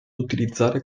utilizzare